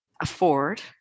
afford